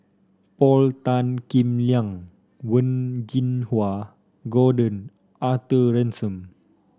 Paul Tan Kim Liang Wen Jinhua Gordon Arthur Ransome